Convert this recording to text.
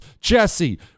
Jesse